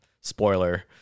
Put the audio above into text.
Spoiler